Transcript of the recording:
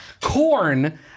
Corn